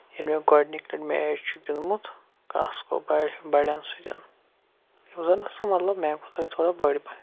ییٚلہِ مےٚ گۄڈٕنِچ لَٹہِ میچ چھُ گِندمُت کاسکو بالہِ ہُنٛد بَڑین سۭتۍ یِم زَن سُہ مطلب میانہِ کھۄتہٕ ٲسۍ تھوڑا بٔڑ پَہم